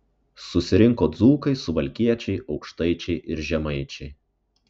susirinko dzūkai suvalkiečiai aukštaičiai ir žemaičiai